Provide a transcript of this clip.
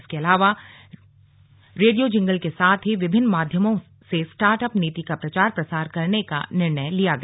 इसके अलावा radio jingle के साथ ही विभिन्न माध्यमों से स्टार्ट अप नीति का प्रचार प्रसार करने का निर्णय लिया गया